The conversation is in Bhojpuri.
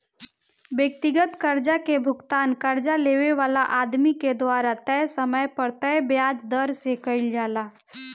व्यक्तिगत कर्जा के भुगतान कर्जा लेवे वाला आदमी के द्वारा तय समय पर तय ब्याज दर से कईल जाला